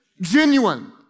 genuine